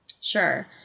Sure